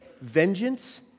vengeance